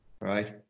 right